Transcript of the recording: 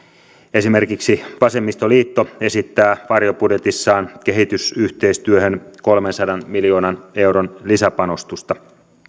esimerkiksi vasemmistoliitto esittää varjobudjetissaan kehitysyhteistyöhön kolmensadan miljoonan euron lisäpanostusta